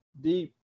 deep